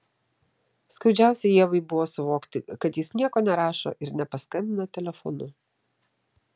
skaudžiausia ievai buvo suvokti kad jis nieko nerašo ir nepaskambina telefonu